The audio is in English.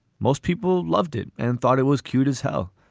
most people loved it and thought it was cute as hell.